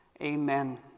Amen